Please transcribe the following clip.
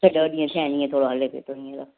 अठ ॾह थिया आहिनि हीअं त हले पियो थो हीअंर